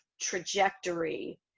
trajectory